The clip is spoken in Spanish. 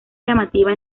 llamativa